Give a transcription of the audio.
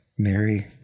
Mary